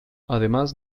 además